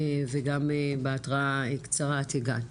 וגם בהתראה קצרה את הגעת,